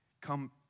come